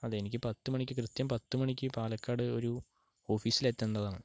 അതെ എനിക്ക് പത്തുമണിക്ക് കൃത്യം പത്തുമണിക്ക് പാലക്കാട് ഒരു ഓഫീസിലെത്തേണ്ടതാണ്